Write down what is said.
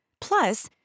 Plus